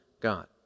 God